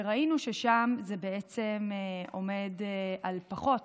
וראינו ששם זה בעצם עומד על פחות